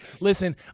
listen